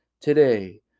today